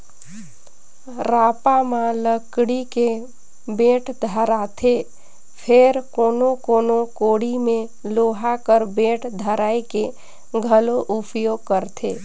रापा म लकड़ी के बेठ धराएथे फेर कोनो कोनो कोड़ी मे लोहा कर बेठ धराए के घलो उपियोग करथे